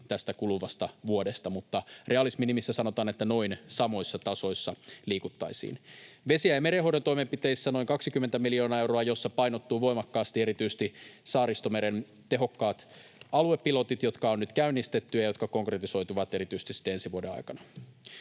tästä kuluvasta vuodesta, mutta realismin nimissä sanotaan, että noin samoissa tasoissa liikuttaisiin. Vesien- ja merenhoidon toimenpiteissä noin 20 miljoonaa euroa, joissa painottuu voimakkaasti erityisesti Saaristomeren tehokkaat aluepilotit, jotka on nyt käynnistetty ja jotka konkretisoituvat erityisesti sitten ensi vuoden aikana.